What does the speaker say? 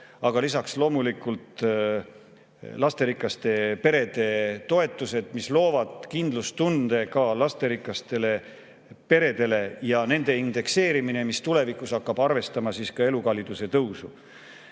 Aga lisaks on loomulikult lasterikaste perede toetused, mis loovad kindlustunde lasterikastele peredele, ja nende toetuste indekseerimine, mis tulevikus hakkab arvestama ka elukalliduse tõusu.